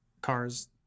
cars